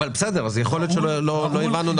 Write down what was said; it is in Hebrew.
בסדר, יכול להיות שלא הבנו נכון.